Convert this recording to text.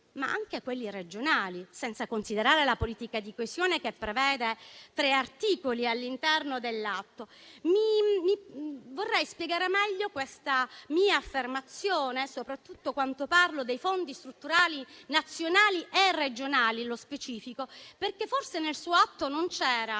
e anche regionali, senza considerare la politica di coesione, che prevede tre articoli all'interno dell'atto. Vorrei spiegare meglio questa mia affermazione, soprattutto quanto parlo dei fondi strutturali nazionali e regionali - lo specifico - perché forse nel decreto-legge